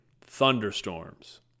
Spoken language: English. thunderstorms